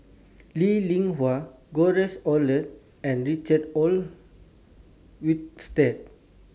Lee Li Hui George Oehlers and Richard Olaf Winstedt